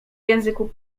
języku